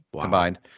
combined